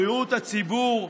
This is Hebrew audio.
בריאות הציבור,